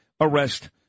arrest